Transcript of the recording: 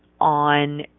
on